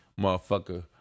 motherfucker